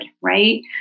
Right